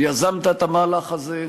ויזמת את המהלך הזה,